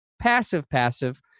passive-passive